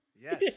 Yes